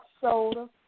soda